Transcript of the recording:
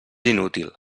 inútil